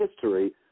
history